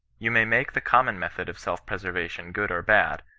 you may make the common method of self-preservation good or bad,